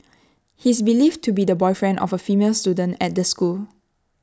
he is believed to be the boyfriend of A female student at the school